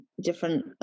different